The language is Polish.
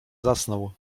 zasnął